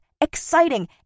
exciting